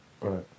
Right